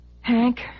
Hank